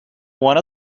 one